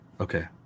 Okay